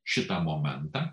šitą momentą